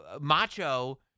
Macho